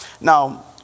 Now